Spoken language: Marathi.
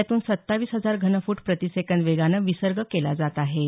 यातून सत्तावीस हजार घनफूट प्रतिसेकंद वेगानं विसर्ग केला जात आहे